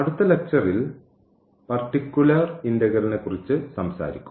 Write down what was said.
അടുത്ത ലക്ച്ചറിൽ പർട്ടിക്കുലർ ഇന്റഗ്രൽനെക്കുറിച്ച് സംസാരിക്കും